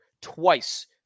twice